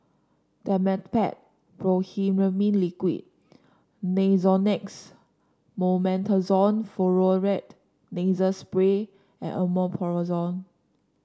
Dimetapp Brompheniramine Liquid Nasonex Mometasone Furoate Nasal Spray and Omeprazole